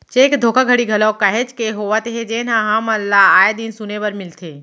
cheque धोखाघड़ी घलोक काहेच के होवत हे जेनहा हमन ल आय दिन सुने बर मिलथे